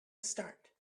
start